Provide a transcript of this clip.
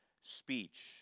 speech